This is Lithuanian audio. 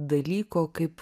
dalyko kaip